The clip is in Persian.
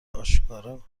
آشکارا